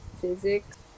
physics